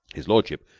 his lordship,